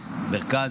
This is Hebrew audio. מרכז,